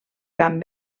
camp